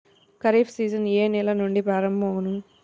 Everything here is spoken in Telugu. ఖరీఫ్ సీజన్ ఏ నెల నుండి ప్రారంభం అగును?